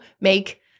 make